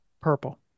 Purple